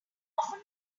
often